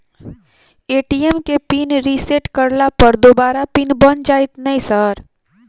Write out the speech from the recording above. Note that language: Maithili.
ए.टी.एम केँ पिन रिसेट करला पर दोबारा पिन बन जाइत नै सर?